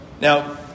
Now